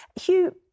Hugh